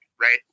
right